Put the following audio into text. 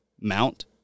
mount